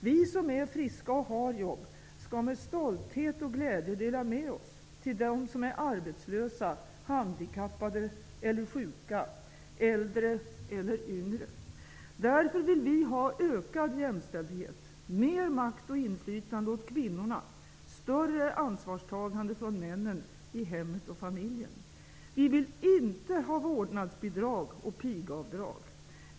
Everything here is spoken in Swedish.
Vi som är friska och har jobb skall med stolthet och glädje dela med oss till dem som är arbetslösa, handikappade eller sjuka, äldre eller yngre. Därför vill vi ha ökad jämställdhet, mer makt och inflytande åt kvinnorna, större ansvarstagande från männen i hemmet och familjen. Vi vill inte ha vårdnadsbidrag och pigavdrag.